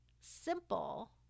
simple